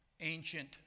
ancient